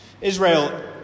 Israel